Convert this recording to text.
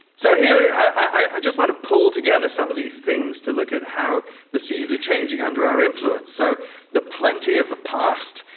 so i just want to pull together some of these things to look at how the seas are changing under our influence. so the plenty of the past,